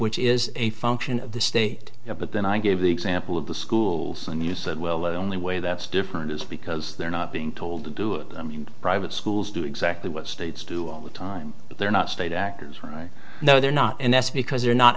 which is a function of the state but then i gave the example of the schools and you said well only way that's different is because they're not being told to do it i mean private schools do exactly what states do all the time but they're not state actors right no they're not and that's because they're not